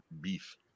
beef